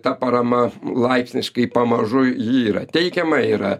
ta parama laipsniškai pamažu ji yra teikiama yra